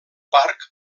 parc